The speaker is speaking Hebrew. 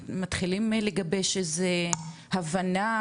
מתחילים לגבש איזה הבנה,